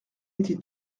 été